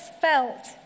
felt